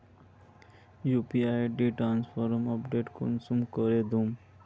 UPI transfer update कुंसम करे दखुम?